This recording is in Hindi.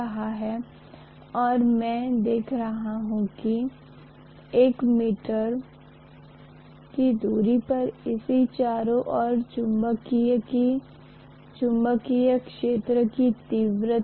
इसलिए चुंबकीय क्षेत्र की रेखाएं शायद मैं इसे इस तरह देख सकता हूं कि यह इस तरह से घूमने वाली है और यह हवा के अंतर से भी जाएगी यहा कोई ओर तरीका नहीं है क्योंकि यह लौहचुंबकीय सामग्री के लिए खुद को यथासंभव सीमित करने की कोशिश करेगी